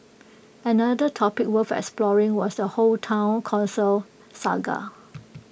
another topic worth exploring was the whole Town Council saga